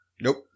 Nope